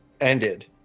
ended